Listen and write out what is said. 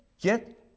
get